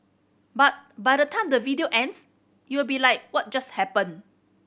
but by the time the video ends you'll be like what just happened